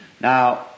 Now